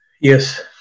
Yes